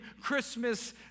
Christmas